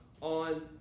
on